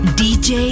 dj